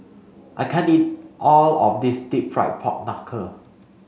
I can't eat all of this deep fried pork knuckle